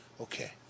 Okay